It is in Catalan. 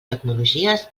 tecnologies